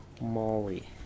Molly